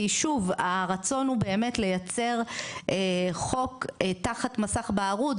כי שוב הרצון הוא באמת לייצר חוק תחת מסך בערות,